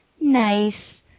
nice